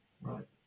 Right